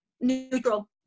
neutral